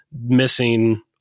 missing